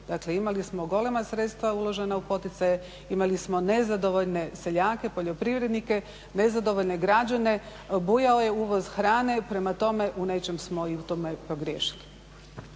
imali smo golema sredstva uložena u poticaje, imali smo nazadovoljne seljake, poljoprivrednike, nezadovoljne građane, bujao je uvoz hrane. Prema tome, u nečem smo i u tome pogriješili.